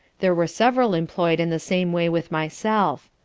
there were several employed in the same way with myself.